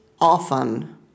often